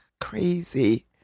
crazy